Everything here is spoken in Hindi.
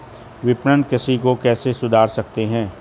विपणन कृषि को कैसे सुधार सकते हैं?